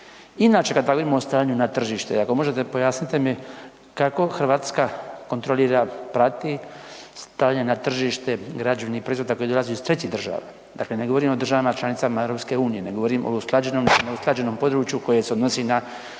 Inače … stanju na tržište ako možete pojasnite mi kako Hrvatska kontrolira prati stavljanje na tržište građevnih proizvoda koji dolaze iz trećih država? Dakle, ne govorim o državama članicama EU, ne govorim o usklađenom području koje se odnosi na